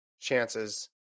chances